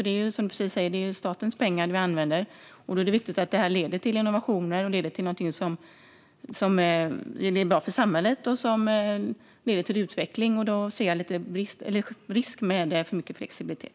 Det är ju, som du säger, statens pengar vi använder. Då är det viktigt att det leder till innovationer, leder till någonting som är bra för samhället och leder till utveckling. Då ser jag en risk med för mycket flexibilitet.